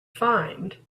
find